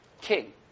king